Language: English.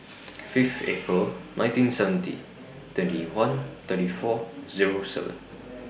Fifth April nineteen seventy twenty one thirty four Zero seven